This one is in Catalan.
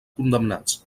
condemnats